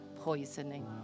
poisoning